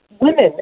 women